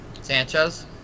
Sanchez